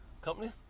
company